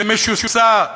ומשוסע,